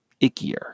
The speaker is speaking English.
ickier